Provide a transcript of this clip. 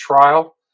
trial